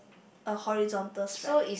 a horizontal stripe